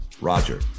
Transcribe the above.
Roger